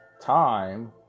time